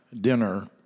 dinner